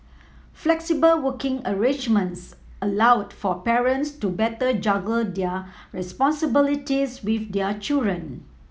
flexible working arrangements allowed for parents to better juggle their responsibilities with their children